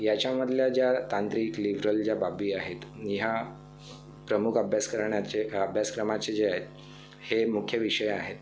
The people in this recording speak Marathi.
ह्याच्यामधल्या ज्या तांत्रिक लिबरल ज्या बाबी आहेत ह्या प्रमुख अभ्यास करण्याचे अभ्यासक्रमाचे जे आहे हे मुख्य विषय आहेत